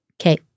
Okay